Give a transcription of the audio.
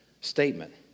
statement